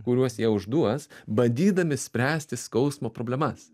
kuriuos jie užduos bandydami spręsti skausmo problemas